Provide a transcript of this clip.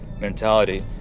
mentality